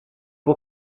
può